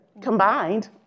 combined